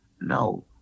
No